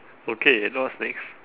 okay now what's next